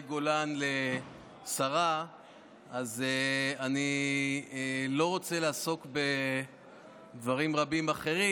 גולן לשרה אז אני לא רוצה לעסוק בדברים רבים אחרים,